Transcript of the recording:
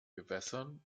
gewässern